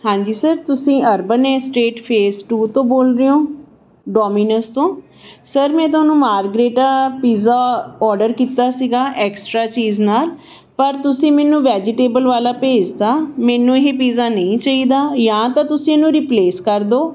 ਹਾਂਜੀ ਸਰ ਤੁਸੀਂ urban estate phase two ਤੋਂ ਬੋਲ ਰਹੇ ਹੋ ਡੋਮੀਨਸ ਤੋਂ ਸਰ ਮੈਂ ਤੁਹਾਨੂੰ ਮਾਰਗਰੀਟਾ ਪੀਜ਼ਾ ਔਡਰ ਕੀਤਾ ਸੀਗਾ ਐਕਸਟਰਾ ਚੀਜ਼ ਨਾਲ ਪਰ ਤੁਸੀਂ ਮੈਨੂੰ ਵੈਜੀਟੇਬਲ ਵਾਲਾ ਭੇਜਤਾ ਮੈਨੂੰ ਇਹ ਪੀਜ਼ਾ ਨਹੀਂ ਚਾਹੀਦਾ ਜਾਂ ਤਾਂ ਤੁਸੀਂ ਇਹਨੂੰ ਰਿਪਲੇਸ ਕਰ ਦਿਉ